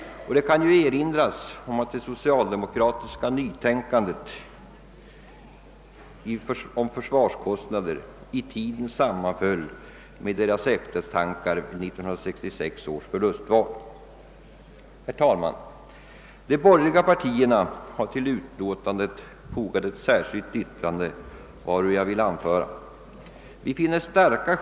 Det kan erinras om att det socialdemokratiska nytänkandet i fråga om försvarskostnaderna i tiden sammanfaller med socialdemokraternas eftertankar i samband med 1966 års förlustval. Herr talman! Vi inom de borgerliga partierna har till statsutskottets utlåtande nr 122 fogat ett särskilt yttrande, som jag vill läsa in i kammarens protokoll.